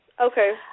Okay